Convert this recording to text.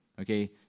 Okay